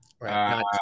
right